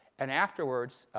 and afterwards,